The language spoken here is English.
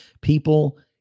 people